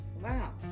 wow